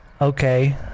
Okay